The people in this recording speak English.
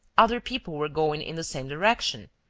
other people were going in the same direction,